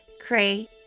Cray